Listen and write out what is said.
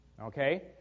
Okay